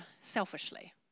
selfishly